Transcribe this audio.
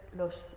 los